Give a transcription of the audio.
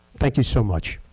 thank you so much